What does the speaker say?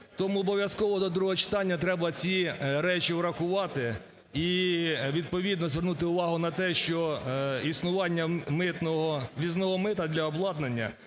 Тому обов'язково до другого читання треба ці речі врахувати і відповідно звернути увагу на те, що існування митного… ввізного мита для обладнання